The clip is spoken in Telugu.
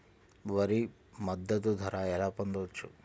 వరి మద్దతు ధర ఎలా పొందవచ్చు?